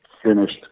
finished